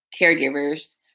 caregivers